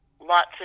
lots